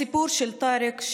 הסיפור של טארק,